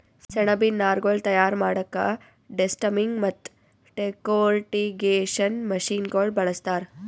ಸೆಣಬಿನ್ ನಾರ್ಗೊಳ್ ತಯಾರ್ ಮಾಡಕ್ಕಾ ಡೆಸ್ಟಮ್ಮಿಂಗ್ ಮತ್ತ್ ಡೆಕೊರ್ಟಿಕೇಷನ್ ಮಷಿನಗೋಳ್ ಬಳಸ್ತಾರ್